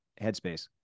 headspace